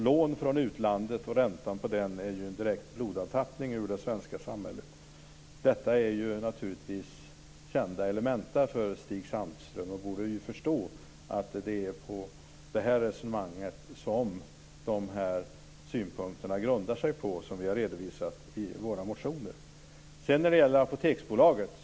Lån från utlandet och räntan på den är en direkt tappning av blod från det svenska samhället. Detta är naturligtvis kända elementa för Stig Sandström, och han borde förstå att det är på det resonemanget som de synpunkterna grundar sig på som vi har redovisat i våra motioner. Sedan var det Apoteksbolaget.